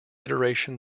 iteration